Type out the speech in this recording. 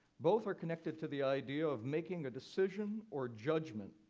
both are connected to the idea of making a decision or judgment.